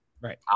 right